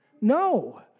No